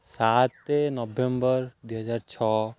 ସାତେ ନଭେମ୍ବର୍ ଦୁଇ ହଜାର ଛଅ